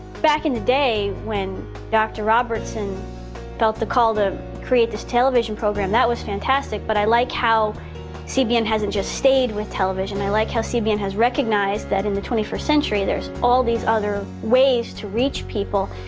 back in the day when dr. robertson felt the call to create this television program, that was fantastic but i like how cbn hasn't just stayed with television. i like how cbn has recognized that in the twenty first century, there's all these other ways to reach people,